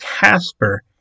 Casper